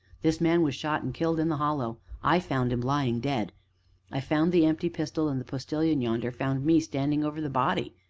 this man was shot and killed in the hollow i found him lying dead i found the empty pistol, and the postilion, yonder, found me standing over the body.